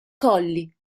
colli